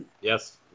yes